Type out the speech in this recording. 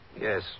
Yes